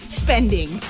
spending